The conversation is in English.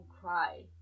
cry